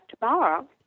tomorrow